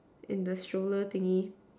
in the stroller thingy